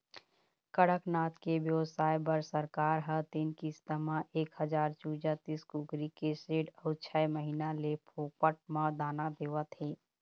कड़कनाथ के बेवसाय बर सरकार ह तीन किस्त म एक हजार चूजा, तीस कुकरी के सेड अउ छय महीना ले फोकट म दाना देवत हे